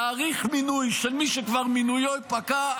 להאריך מינוי של מי שכבר מינויו פקע.